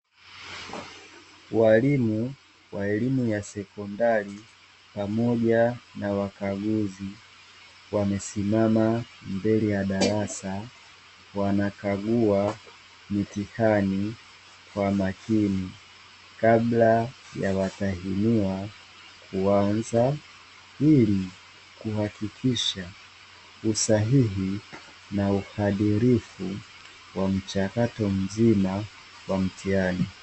Walimu wa elimu ya sekondari pamoja na wakaguzi wamesimama mbele ya darasa wanakagua mitihani kwa makini kabla ya watahiniwa kuanza ili kuhakikisha usahihi na uadilifu wa mchakato mzima wa mtihani.